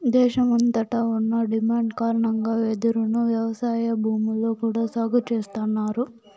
దేశమంతట ఉన్న డిమాండ్ కారణంగా వెదురును వ్యవసాయ భూముల్లో కూడా సాగు చేస్తన్నారు